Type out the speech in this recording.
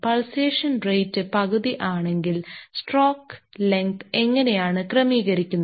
pulsation rate പകുതി ആണെങ്കിൽ stroke length എങ്ങനെയാണ് ക്രമീകരിക്കുന്നത്